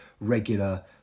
regular